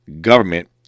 government